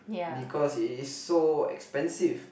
because it is so expensive